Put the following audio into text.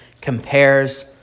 compares